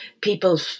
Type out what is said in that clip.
people